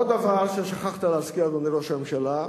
ועוד דבר ששכחת להזכיר, אדוני ראש הממשלה: